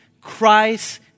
Christ